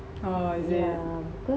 ha is it